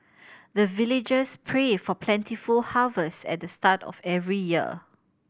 the villagers pray for plentiful harvest at the start of every year